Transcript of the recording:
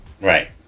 right